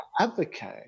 advocate